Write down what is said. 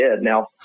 Now